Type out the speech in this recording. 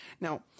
Now